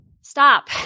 Stop